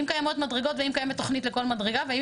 אם קיימות מדרגות ואם קיימת תוכנית לכל מדרגה והאם